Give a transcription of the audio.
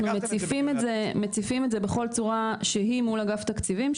מציפים את זה בכל צורה שהיא מול אגף התקציבים,